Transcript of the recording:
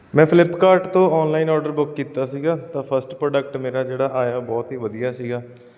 ਮੈਂ ਫਲਿਪਕਾਰਟ ਤੋਂ online order book ਕੀਤਾ ਸੀਗਾ ਤਾਂ ਫਸਟ ਪ੍ਰੋਡਕਟ ਮੇਰਾ ਜਿਹੜਾ ਆਇਆ ਬਹੁਤ ਹੀ ਵਧੀਆ ਸੀਗਾ